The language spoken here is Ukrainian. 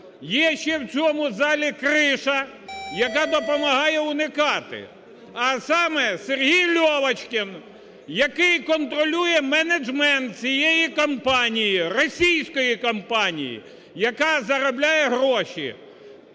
є ще в цьому залі криша, яка допомагає уникати, а саме Сергій Льовочкін, який контролює менеджмент цієї компанії, російської компанії, яка заробляє гроші